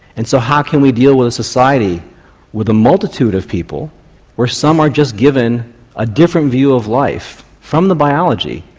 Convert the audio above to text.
and so how can we deal with society with a multitude of people where some are just given a different view of life from the biology?